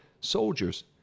soldiers